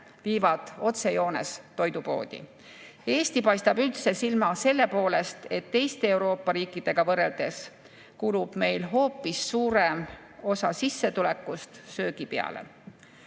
viivad otsejoones toidupoodi. Eesti paistab üldse silma selle poolest, et teiste Euroopa riikidega võrreldes kulub meil hoopis suurem osa sissetulekust söögi peale.